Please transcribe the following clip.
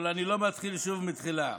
אני לא מתחיל שוב מההתחלה.